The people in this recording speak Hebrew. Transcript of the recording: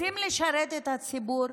רוצים לשרת את הציבור?